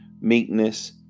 meekness